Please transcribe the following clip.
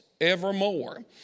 evermore